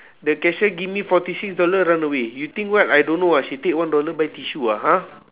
the cashier give me forty six dollar run away you think what I don't know ah she take one dollar buy tissue ah !huh!